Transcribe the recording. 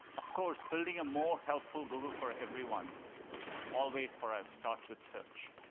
of course building a more helpful google for everyone always for us starts with search.